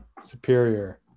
superior